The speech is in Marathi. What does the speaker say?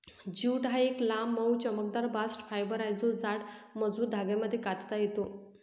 ज्यूट हा एक लांब, मऊ, चमकदार बास्ट फायबर आहे जो जाड, मजबूत धाग्यांमध्ये कातता येतो